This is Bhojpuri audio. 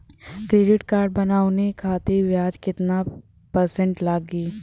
क्रेडिट कार्ड बनवाने खातिर ब्याज कितना परसेंट लगी?